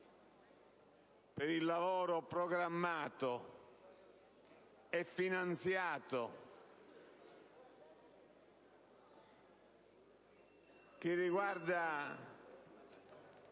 per il lavoro programmato e finanziato, che riguarda